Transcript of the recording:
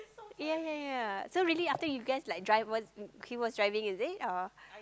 ya ya ya so really after you guys like drive what's he was driving is it or